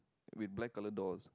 with black color doors